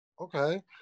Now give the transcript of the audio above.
Okay